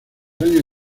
años